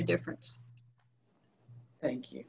a difference thank you